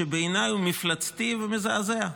שבעיניי הוא מפלצתי ומזעזע.